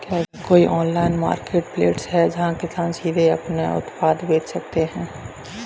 क्या कोई online marketplace है जहाँ किसान सीधे अपने उत्पाद बेच सकते हैं?